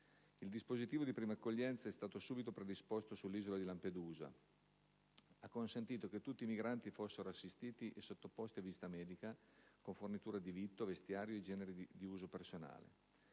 Il dispositivo di prima accoglienza che è stato subito predisposto sull'isola di Lampedusa ha consentito che tutti i migranti fossero assistiti e sottoposti a visita medica, con fornitura di vitto, vestiario e generi di uso personale;